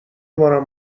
بارم